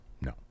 no